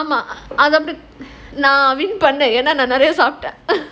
ஆமா:aamaa win பண்ணேன் ஏனா நான் நெறய சாப்பிட்டேன்:pannen yaena naan neraya saapittaen uh